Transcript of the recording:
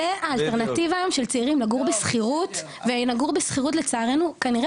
זו האלטרנטיבה היום של צעירים לגור בשכירות ונגור בשכירות לצערנו כנראה